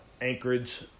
Anchorage